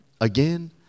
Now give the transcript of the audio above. again